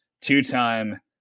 two-time